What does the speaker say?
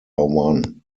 one